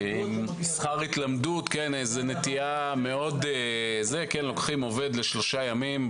יש נטייה כזו שלוקחים עובד לשלושה ימים.